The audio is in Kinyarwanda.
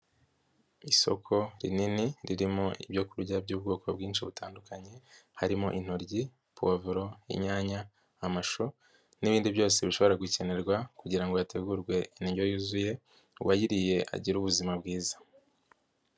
Isoko rinini ririmo ibyokurya by'ubwoko bwinshi butandukanye, harimo intoryi, pavuro, inyanya amashu n'ibindi byose bishobora gukenerwa kugira ngo hategurwe indyo yuzuye, uwayiriye agire ubuzima bwiza.